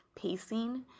pacing